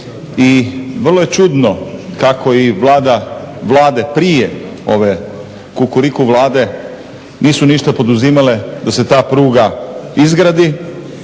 i vrlo je čudno kako i vlade prije ove Kukuriku vlade nisu ništa poduzimale da se ta pruga izgradi.